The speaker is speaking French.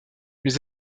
les